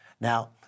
Now